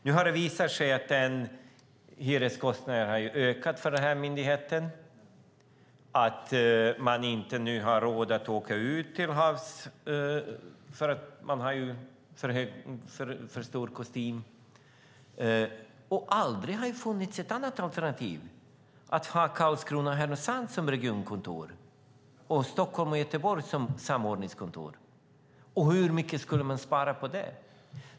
Nu har det visat sig att hyreskostnaden har ökat för myndigheten och att man inte har råd att åka ut till havs eftersom man har för stor kostym. Alternativet att ha Karlskrona och Härnösand som regionalkontor och Stockholm och Göteborg som samordningskontor fanns aldrig, men hur mycket skulle man ha sparat på det?